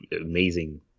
amazing